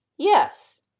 Yes